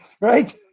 right